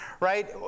Right